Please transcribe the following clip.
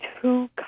two